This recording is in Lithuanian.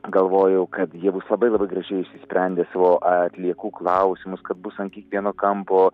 galvojau kad jie bus labai labai gražiai išsisprendę savo atliekų klausimus kad bus ant kiekvieno kampo